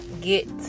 get